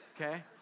Okay